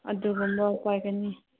ꯑꯗꯨꯒꯨꯝꯕ ꯄꯥꯏꯒꯅꯤ